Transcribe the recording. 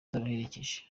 zabaherekeje